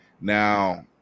now